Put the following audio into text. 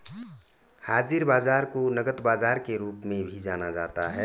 हाज़िर बाजार को नकद बाजार के रूप में भी जाना जाता है